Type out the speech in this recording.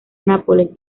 nápoles